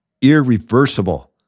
irreversible